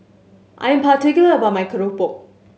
I am particular about my keropok